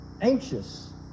anxious